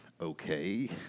Okay